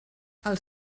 els